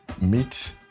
meet